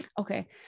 Okay